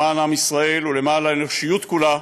למען עם ישראל ולמען האנושיות כולה,